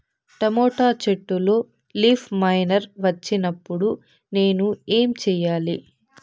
Tomato చెట్టులో leaf miner వచ్చినప్పుడు నేను ఏమి చెయ్యాలి?